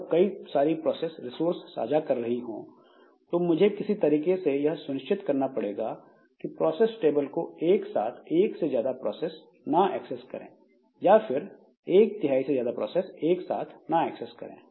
जब कई सारी प्रोसेस रिसोर्स साझा कर रही हो तो मुझे किसी तरीके से यह सुनिश्चित करना पड़ेगा की प्रोसेस टेबल को एक साथ एक से ज्यादा प्रोसेस ना एक्सेस करें या फिर एक तिहाई से ज्यादा प्रोसेस एक साथ ना एक्सेस करें